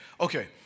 okay